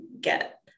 get